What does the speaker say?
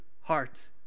heart